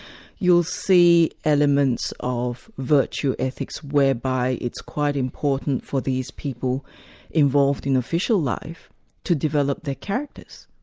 you'll see elements of virtue ethics whereby it's quite important for these people involved in official life to develop their characters.